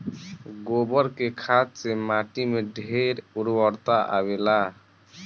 गोबर के खाद से माटी में ढेर उर्वरता आवेला